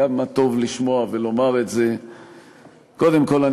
כמה טוב לשמוע ולומר את זה קודם כול,